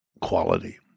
quality